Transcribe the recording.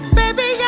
baby